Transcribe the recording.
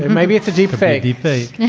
and maybe it's a deeper, fakey fake.